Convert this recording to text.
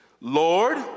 Lord